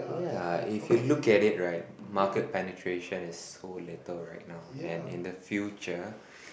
yeah if you look at it right market penetration is so little right now and in the future